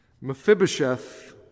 Mephibosheth